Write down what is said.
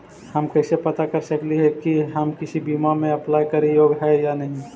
हम कैसे पता कर सकली हे की हम किसी बीमा में अप्लाई करे योग्य है या नही?